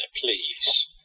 please